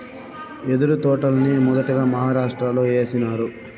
యెదురు తోటల్ని మొదటగా మహారాష్ట్రలో ఏసినారు